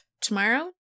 tomorrow